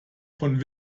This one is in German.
von